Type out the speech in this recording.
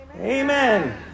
amen